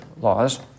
laws